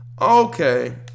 Okay